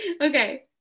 okay